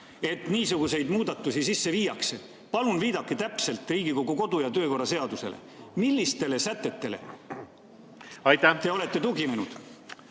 niisuguseid muudatusi sisse viiakse? Palun viidake täpselt Riigikogu kodu- ja töökorra seadusele: millistele sätetele te olete tuginenud?